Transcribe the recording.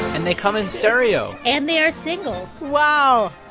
and they come in stereo and they are single wow.